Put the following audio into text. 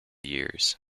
years